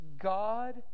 God